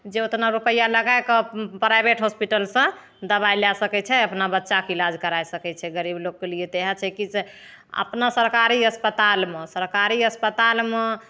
जे ओतना रूपैआ लगाएके प्राइभेट होस्पिटलसँ दबाइ लै सकैत छै अपना बच्चाके इलाज करा सकैत छै गरीब लोगके लिए तऽ इएह छै कि से अपना सरकारी अस्पतालमे सरकारी अस्पतालमे